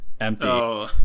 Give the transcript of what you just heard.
empty